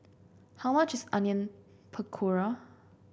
how much is Onion Pakora